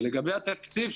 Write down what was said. ולגבי התקציב,